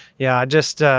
yeah. just ah, i